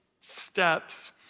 steps